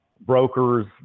brokers